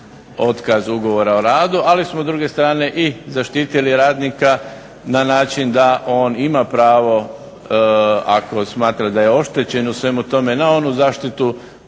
otkaz ugovora o radu. Ali smo s druge strane i zaštitili radnika na način da on ima pravo ako smatra da je oštećen u svemu tome na onu zaštitu